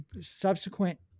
subsequent